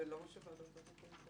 זה לא מה שוועדת הזכאות קובעת.